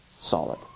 solid